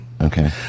Okay